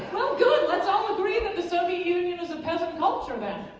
well good let's all agree that the soviet union is a peasant culture then.